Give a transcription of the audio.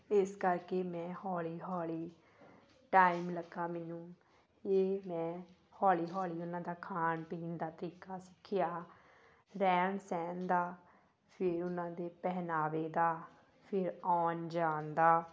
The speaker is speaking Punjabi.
ਇਸ ਕਰਕੇ ਮੈਂ ਹੌਲੀ ਹੌਲੀ ਟਾਈਮ ਲੱਗਾ ਮੈਨੂੰ ਇਹ ਮੈਂ ਹੌਲੀ ਹੌਲੀ ਉਹਨਾਂ ਦਾ ਖਾਣ ਪੀਣ ਦਾ ਤਰੀਕਾ ਸਿੱਖਿਆ ਰਹਿਣ ਸਹਿਣ ਦਾ ਫਿਰ ਉਹਨਾਂ ਦੇ ਪਹਿਰਾਵੇ ਦਾ ਫਿਰ ਆਉਣ ਜਾਣ ਦਾ